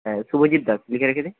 হ্যাঁ শুভজিৎ দাস লিখে রেখে দিন